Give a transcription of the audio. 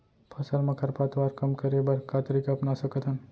फसल मा खरपतवार कम करे बर का तरीका अपना सकत हन?